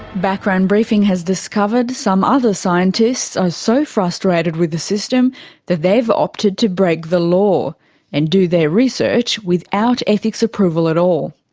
background briefing has discovered some other scientists are so frustrated with the system that they've opted to break the law and do their research without ethics approval at all.